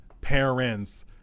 parents